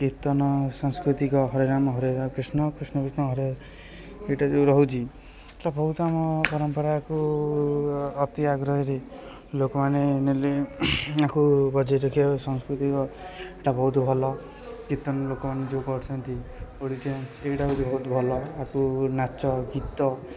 କୀର୍ତ୍ତନ ସଂସ୍କୃତିକ ହରେରାମ ହରେକୃଷ୍ଣ କୃଷ୍ଣକୃଷ୍ଣ ହରେ ଏଟା ଯେଉଁ ରହୁଛି ଏଇଟା ବହୁତ ଆମ ପରମ୍ପରାକୁ ଅତି ଆଗ୍ରହୀରେ ଲୋକମାନେ ନେଲେ ଆକୁ ବଜେଇ ରଖିବା ବି ସଂସ୍କୃତିକ ଏଇଟା ବହୁତ ଭଲ କୀର୍ତ୍ତନ ଲୋକମାନେ ଯେଉଁ କରୁଛନ୍ତି ସେଇଟା ହେଉଛି ବହୁତ ଭଲ ଆକୁ ନାଚଗୀତ